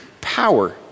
power